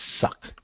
Sucked